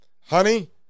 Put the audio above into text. honey